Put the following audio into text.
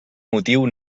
motiu